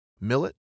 millet